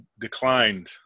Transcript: declined